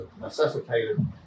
necessitated